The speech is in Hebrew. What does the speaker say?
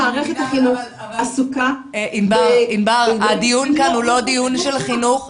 חגית, הדיון כאן הוא לא דיון של חינוך.